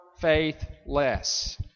faithless